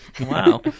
Wow